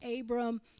Abram